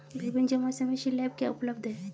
विभिन्न जमा समय स्लैब क्या उपलब्ध हैं?